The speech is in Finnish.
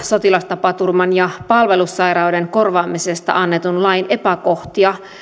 sotilastapaturman ja palvelussairauden korvaamisesta annetun lain epäkohtia